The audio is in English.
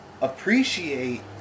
appreciate